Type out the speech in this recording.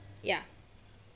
ya